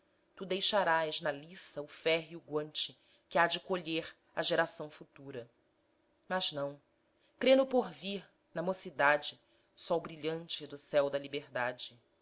tu deixarás na liça o férreo guante que há de colher a geração futura mas não crê no porvir na mocidade sol brilhante do céu da liberdade